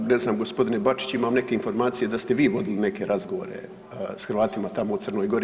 Ne znam gospodine Bačić imam neke informacije da ste vi vodili neke razgovore s Hrvatima tamo u Crnoj Gori.